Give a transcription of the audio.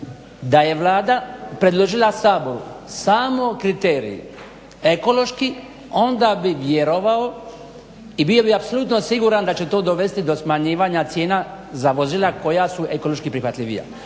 Da je Vlada predložila Saboru samo kriterij ekološki onda bi vjerovao i bio bi apsolutno siguran da će to dovesti do smanjivanja cijena za vozila koja su ekološki prihvatljivija,